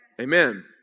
Amen